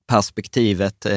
Perspektivet